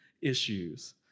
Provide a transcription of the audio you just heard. issues